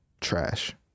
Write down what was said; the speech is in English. trash